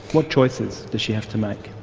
what choices does she have to make?